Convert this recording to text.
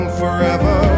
forever